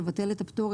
לבטל את הפטור,